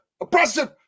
oppressive